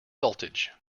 voltage